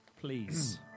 please